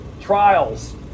trials